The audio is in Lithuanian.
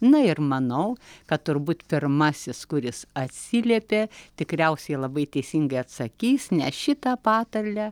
na ir manau kad turbūt pirmasis kuris atsiliepė tikriausiai labai teisingai atsakys nes šitą patarlę